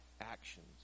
actions